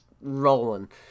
rolling